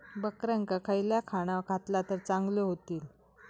बकऱ्यांका खयला खाणा घातला तर चांगल्यो व्हतील?